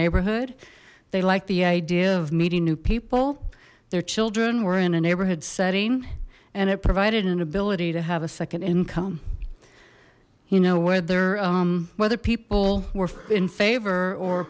neighborhood they liked the idea of meeting new people their children were in a neighborhood setting and it provided an ability to have a second income you know whether whether people were in favor or